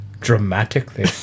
dramatically